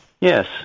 Yes